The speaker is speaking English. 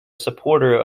supporter